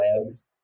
webs